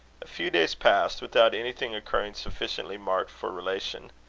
a few days passed without anything occurring sufficiently marked for relation.